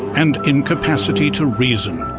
and incapacity to reason.